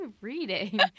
reading